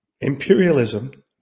imperialism